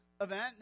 event